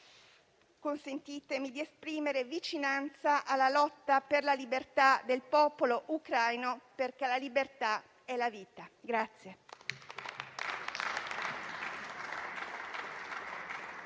concludere esprimendo vicinanza alla lotta per la libertà del popolo ucraino, perché la libertà è la vita.